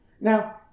Now